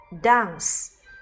dance